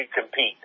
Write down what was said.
compete